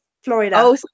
Florida